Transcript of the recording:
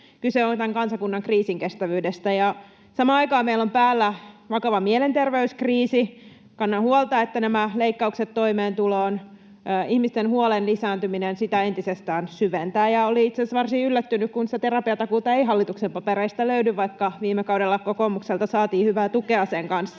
Kyse on tämän kansakunnan kriisinkestävyydestä. Samaan aikaan meillä on päällä vakava mielenterveyskriisi. Kannan huolta siitä, että nämä leikkaukset toimeentuloon ja ihmisten huolen lisääntyminen sitä entisestään syventävät. Olin itse asiassa varsin yllättynyt, kun sitä terapiatakuuta ei hallituksen papereista löydy, vaikka viime kaudella kokoomukselta saatiin hyvää tukea sen kanssa.